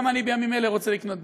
גם אני רוצה בימים אלה לקנות בית.